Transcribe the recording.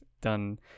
done